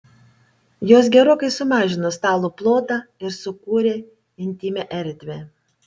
jos gerokai sumažino stalo plotą ir sukūrė intymią erdvę